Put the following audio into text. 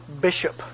bishop